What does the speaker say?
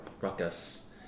ruckus